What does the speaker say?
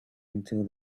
until